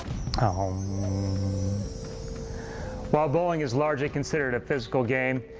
um while bowling is largely considered a physical game,